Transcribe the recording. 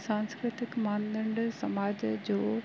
सांस्कृतिक मान दंड समाज जो